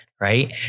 right